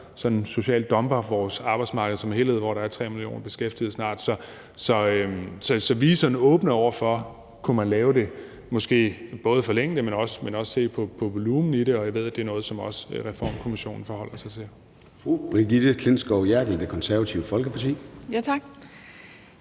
der socialt dumper vores arbejdsmarked som helhed, hvor der er 3 millioner beskæftigede snart. Så vi er åbne over for, om man kunne både forlænge det, men også se på volumen i det. Jeg ved, at det er noget, som også Reformkommissionen forholder sig til.